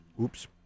oops